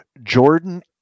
Jordan